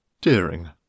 Deering